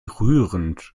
rührend